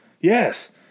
Yes